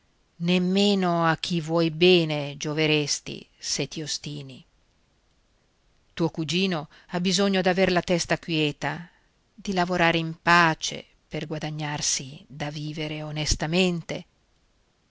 nemmeno a chi vuoi bene gioveresti se ti ostini tuo cugino ha bisogno d'aver la testa quieta di lavorare in pace per guadagnarsi da vivere onestamente